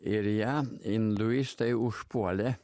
ir ją induistai užpuolė